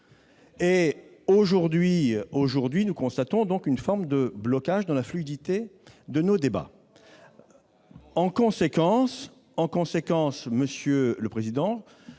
admiratifs ! Nous constatons toutefois une forme de blocage dans la fluidité de nos débats. En conséquence, monsieur le président,